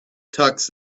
tux